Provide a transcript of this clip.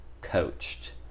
coached